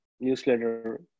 newsletter